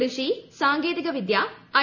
കൃഷി സാങ്കേതികവിദൃ ഐ